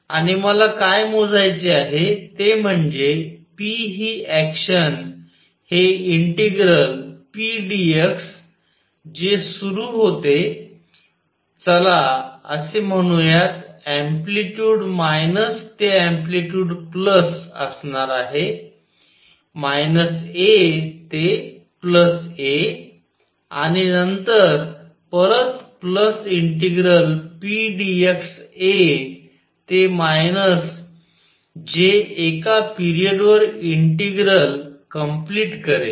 आणि मला काय मोजायचे आहे ते म्हणजे p ही ऍक्शन हे इंटिग्रल p dx जे सुरु होते चला असे म्हणूयात अँप्लिटयूड मायनस ते अँप्लिटयूड प्लस असणार आहे मायनस A ते प्लस A आणि नंतर परत plus integral p dx A ते मायनस जे एका पिरियड वर इंटिग्रल कंप्लिट करेल